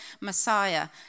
Messiah